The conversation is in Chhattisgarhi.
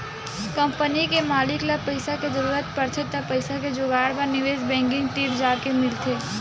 कंपनी के मालिक ल पइसा के जरूरत परथे त पइसा के जुगाड़ बर निवेस बेंकिग तीर जाके मिलथे